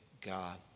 God